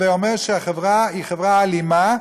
הווי אומר שהחברה היא חברה אלימה,